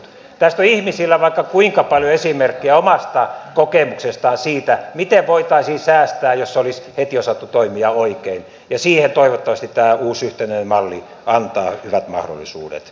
tästä on ihmisillä vaikka kuinka paljon esimerkkejä omasta kokemuksestaan miten voitaisiin säästää jos olisi heti osattu toimia oikein ja siihen toivottavasti tämä uusi yhtenäinen malli antaa hyvät mahdollisuudet